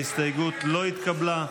ההסתייגות לא התקבלה.